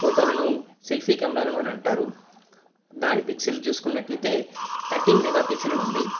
ఫోటోలను సెల్ఫీ కెమెరాలు అని అంటారు దాని పిక్సెల్ చూసుకునట్టయితే థర్టీన్ మెగా పిక్సెల్ అని ఉంది